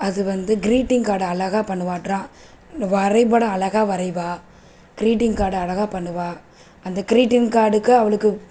அது வந்து greeting card அழகா பண்ணுவா ட்ரா வரைபடம் அழகா வரைவா க்ரீட்டிங் கார்டு அழகா பண்ணுவா அந்த க்ரீட்டிங் கார்டுக்கு அவளுக்கு